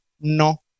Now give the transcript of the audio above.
no